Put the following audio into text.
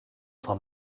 van